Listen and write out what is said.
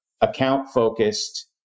account-focused